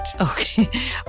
Okay